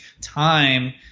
time